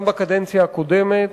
גם בקדנציה הקודמת,